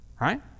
Right